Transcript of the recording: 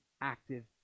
active